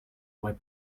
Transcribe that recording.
web